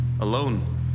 Alone